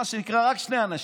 זה מה שנקרא: רק שני אנשים.